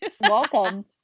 Welcome